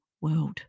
world